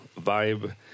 vibe